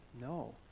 No